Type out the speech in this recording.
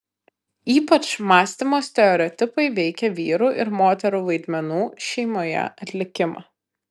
ypač mąstymo stereotipai veikė vyrų ir moterų vaidmenų šeimoje atlikimą